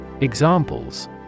Examples